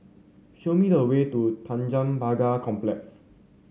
show me the way to Tanjong Pagar Complex